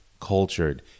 cultured